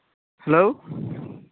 hello